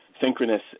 synchronous